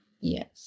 Yes